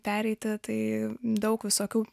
pereiti tai daug visokių